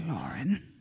Lauren